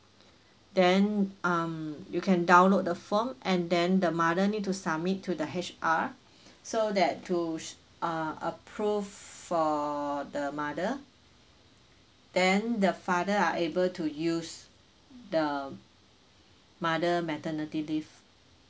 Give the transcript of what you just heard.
then um you can download the form and then the mother need to submit to the H_R so that to sh~ ah approve for the mother then the father are able to use the mother maternity leave